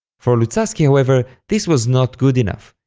for luzzaschi however this was not good enough,